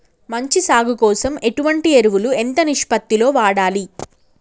మంచి సాగు కోసం ఎటువంటి ఎరువులు ఎంత నిష్పత్తి లో వాడాలి?